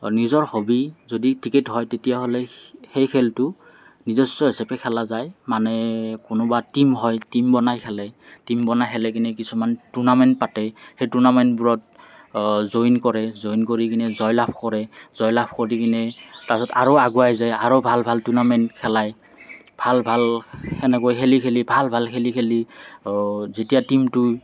নিজৰ হবী যদি ক্ৰিকেট হয় তেতিয়াহ'লে সেই খেলটো নিজস্ব হিচাপে খেলা যায় মানে কোনোবা টীম হয় টীম বনাই খেলে টীম বনাই খেলে এনে কিছুমান টুৰ্ণামেণ্ট পাতে সেই টুৰ্ণামেণ্টবোৰত জইন কৰে জইন কৰিপিনে জয়লাভ কৰে জয়লাভ কৰি কিনে তাৰপিছত আৰু আগুৱাই যায় আৰু ভাল ভাল টুৰ্ণামেণ্ট খেলায় ভাল ভাল সেনেকৈ খেলি খেলি ভাল ভাল খেলি খেলি যেতিয়া টীমটো